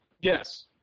yes